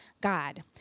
God